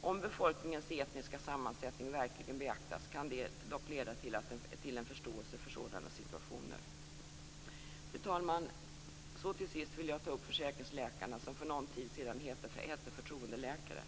Om befolkningens etniska sammansättning verkligen beaktas kan det dock leda till en förståelse för sådana situationer. Fru talman! Så till sist vill jag ta upp försäkringsläkarna, som för någon tid sedan hette förtroendeläkare.